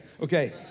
Okay